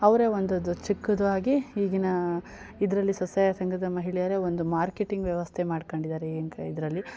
ಅವರೇ ಒಂದು ಚಿಕ್ಕದಾಗಿ ಈಗಿನ ಇದರಲ್ಲಿ ಸ್ವಸಹಾಯ ಸಂಘದ ಮಹಿಳೆಯರೇ ಒಂದು ಮಾರ್ಕೆಟಿಂಗ್ ವ್ಯವಸ್ಥೆ ಮಾಡ್ಕೊಂಡಿದ್ದಾರೆ ಈ ಇಂಥ ಇದರಲ್ಲಿ